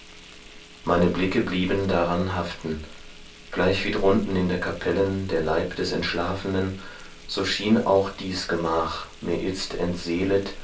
meine blicke blieben daran haften gleichwie drunten in der kapellen der leib des entschlafenen so schien auch dies gemach mir itzt entseelet